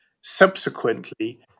subsequently